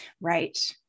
Right